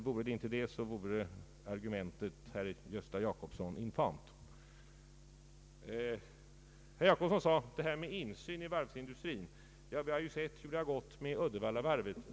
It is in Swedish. Vore så inte fallet, vore argumentet, herr Gösta Jacobsson, infamt. Herr Jacobsson sade att vi beträffande insynen i varvsindustrin har sett hur det har gått med Uddevallavarvet.